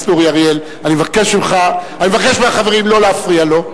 אריאל, אני מבקש מהחברים לא להפריע לו,